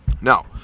Now